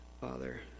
father